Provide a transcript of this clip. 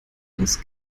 das